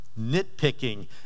nitpicking